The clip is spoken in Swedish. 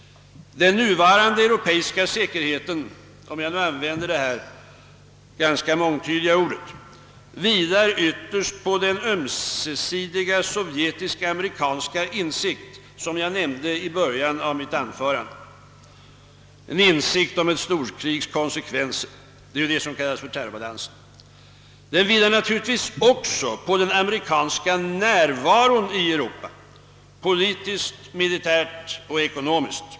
Den nuvarande europeiska säkerheten — om jag nu skall använda detta ganska mångtydiga ord — vilar ytterst på den ömsesidiga sovjetisk-amerikanska insikten, som jag nämnde i början av mitt anförande, om ett storkrigs konsekvenser — det är ju det som kallas för terrorbalansen. Den vilar också på den amerikanska närvaron i Europa, politiskt, militärt och ekonomiskt.